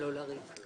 עמלך לא יהיה לריק.